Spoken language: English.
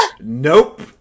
Nope